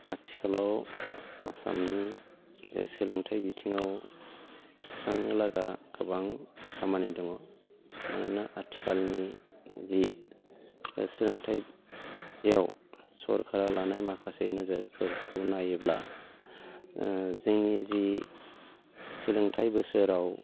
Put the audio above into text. आथिखालाव आसामनि सोलोंथाइ जे बिथिङाव सुस्रांनोलागा गोबां खामानि दङ मानोना आथिखालनि जि सोलोंथायाव सरखारा लानाय माखासे नोजोरफोरखौ नायोब्ला जोंनि जि सोलोंथाइ बोसोराव